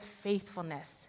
faithfulness